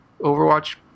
overwatch